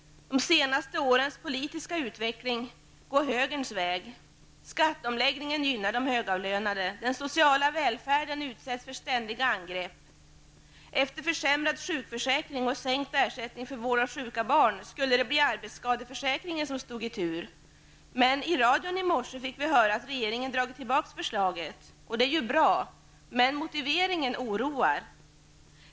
De senaste årens politiska utveckling går högerns väg. Skatteomläggningen gynnar de högavlönande. Den sociala välfärden utsätts för ständiga angrepp. Efter försämrad sjukförsäkring och sänkt ersättning för vård av sjuka barn skulle det bli arbetsskadeförsäkringens tur. Men i radion i morse fick vi höra att regeringen dragit tillbaka förslaget. Det är bra, men motiveringen oroar.